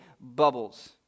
bubbles